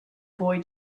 boy